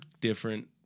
different